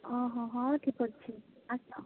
ହଁ ହଁ ହଉ ଠିକଅଛି ଆସ